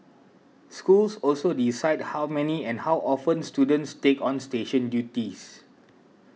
schools also decide how many and how often students take on station duties